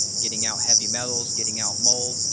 getting out heavy metals, getting out mold,